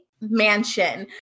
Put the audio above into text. mansion